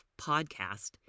podcast